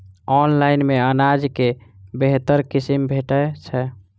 Online मे अनाज केँ बेहतर किसिम भेटय छै?